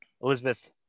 Elizabeth